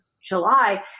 July